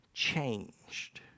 changed